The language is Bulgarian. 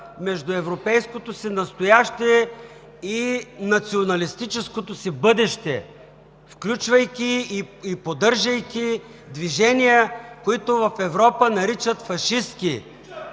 между европейското си настояще и националистическото си бъдеще, включвайки и поддържайки движения, които в Европа наричат „фашистки“…